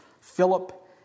Philip